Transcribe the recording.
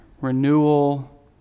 renewal